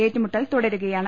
ഏറ്റുമുട്ടൽ തുടരുകയാണ്